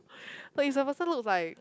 but is the person looks like